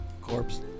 Corpse